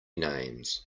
names